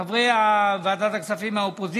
חברת הכנסת מירב כהן,